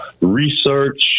research